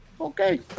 Okay